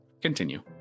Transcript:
continue